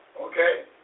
Okay